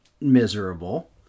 miserable